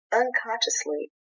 unconsciously